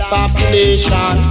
population